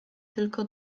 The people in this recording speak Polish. tylko